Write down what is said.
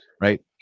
right